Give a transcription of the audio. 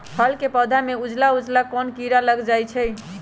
फूल के पौधा में उजला उजला कोन किरा लग जई छइ?